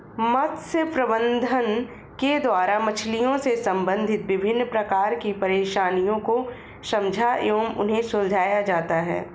मत्स्य प्रबंधन के द्वारा मछलियों से संबंधित विभिन्न प्रकार की परेशानियों को समझा एवं उन्हें सुलझाया जाता है